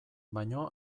baino